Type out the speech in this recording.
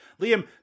Liam